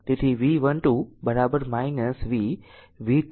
તેથી V12 V V21